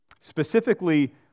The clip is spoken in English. specifically